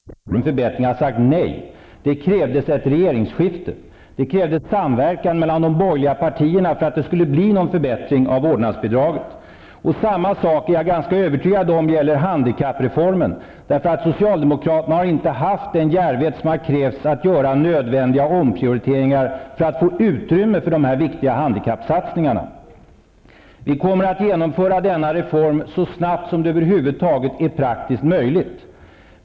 Fru talman! Det är mycket bra om socialdemokraterna äntligen accepterar vårdbidraget. Ingvar Carlsson kan inte förneka att socialdemokraterna år efter år har sagt nej till förslag från oss om en förbättring. Det krävdes ett regeringsskifte, och det krävdes en samverkan mellan de borgerliga partierna för att det skulle bli en förbättring av vårdnadsbidraget. På samma sätt förhåller det sig, det är jag ganska övertygad om, när det gäller handikappreformen. Socialdemokraterna har ju inte haft den djärvhet som har krävts för nödvändiga omprioriteringar för att få utrymme för de här viktiga handikappsatsningarna. Vi kommer att genomföra denna reform så snabbt som det över huvud taget är praktiskt möjligt.